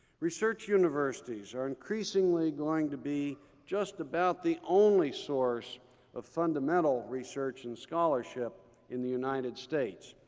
research universities are increasingly going to be just about the only source of fundamental research and scholarship in the united states.